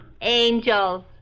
Angels